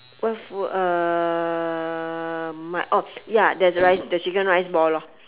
what food uh my oh ya there's a rice the chicken rice ball lor